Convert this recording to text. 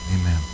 Amen